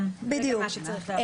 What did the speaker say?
לפסקה (2),